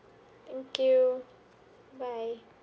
thank you bye